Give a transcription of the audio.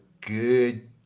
good